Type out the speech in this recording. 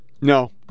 No